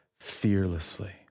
fearlessly